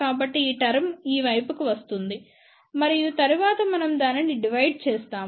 కాబట్టి ఈ టర్మ్ ఈ వైపుకు వస్తుంది మరియు తరువాత మనం దానిని డివైడ్ చేస్తాము